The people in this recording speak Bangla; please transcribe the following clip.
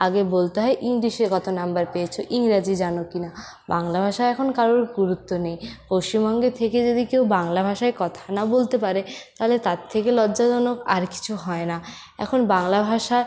আগে বলতে হয় ইংলিশে কত নম্বর পেয়েছো ইংরাজি জানো কিনা বাংলা ভাষা এখন কারোর গুরুত্ব নেই পশ্চিমবঙ্গে থেকে যদি কেউ বাংলা ভাষায় কথা না বলতে পারে তাহলে তার থেকে লজ্জাজনক আর কিছু হয় না এখন বাংলা ভাষা